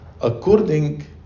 according